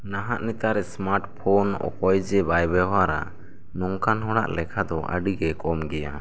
ᱱᱟᱦᱟᱜ ᱱᱮᱛᱟᱨ smart phone ᱚᱠᱚᱭ ᱡᱮ ᱵᱟᱭ ᱵᱮᱣᱦᱟᱨᱟ ᱱᱚᱝᱠᱟᱱ ᱦᱚᱲᱟᱜ ᱞᱮᱠᱷᱟ ᱫᱚ ᱟᱹᱰᱤ ᱜᱮ ᱠᱚᱢ ᱜᱮᱭᱟ